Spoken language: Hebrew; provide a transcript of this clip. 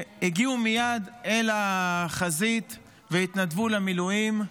הגיעו מייד אל החזית והתנדבו למילואים.